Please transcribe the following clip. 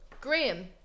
graham